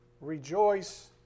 Rejoice